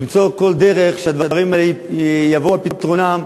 למצוא כל דרך שהדברים האלה יבואו על פתרונם,